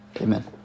Amen